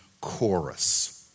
chorus